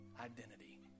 identity